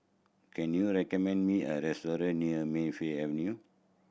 can you recommend me a restaurant near Mayfield Avenue